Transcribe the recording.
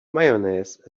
mayonnaise